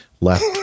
left